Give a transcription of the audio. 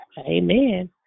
Amen